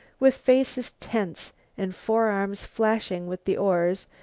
with faces tense and forearms flashing with the oars,